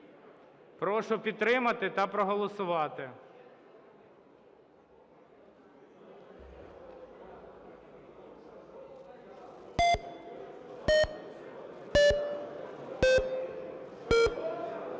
Прошу підтримати та проголосувати.